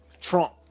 trump